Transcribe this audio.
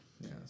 Yes